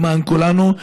למען כולנו,